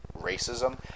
racism